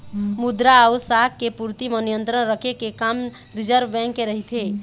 मद्रा अउ शाख के पूरति म नियंत्रन रखे के काम रिर्जव बेंक के रहिथे